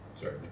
Sorry